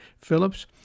Phillips